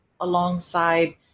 alongside